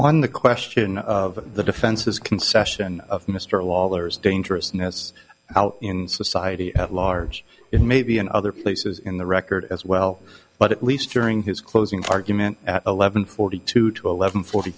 on the question of the defense's concession of mr waller's dangerousness in society at large it may be in other places in the record as well but at least during his closing argument at eleven forty two to eleven forty